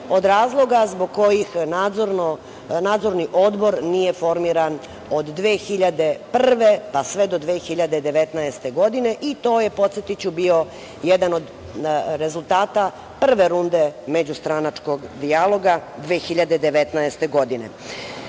od razloga zbog kojih Nadzorni odbor nije formiran od 2001. godine pa sve do 2019. godine i to je podsetiću, bio jedan od rezultata prve runde međustranačkog dijaloga 2019.